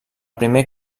primer